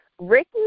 Ricky